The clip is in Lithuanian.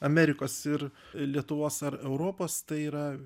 amerikos ir lietuvos ar europos tai yra